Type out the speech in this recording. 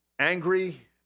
angry